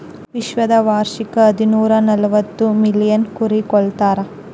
ವಿಶ್ವದಲ್ಲಿ ವಾರ್ಷಿಕ ಐದುನೂರನಲವತ್ತು ಮಿಲಿಯನ್ ಕುರಿ ಕೊಲ್ತಾರೆ